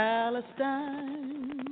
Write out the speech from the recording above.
Palestine